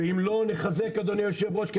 ואם לא נחזק את היישובים האלה,